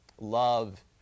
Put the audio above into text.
love